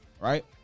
right